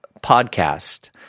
podcast